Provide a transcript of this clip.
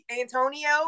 Antonio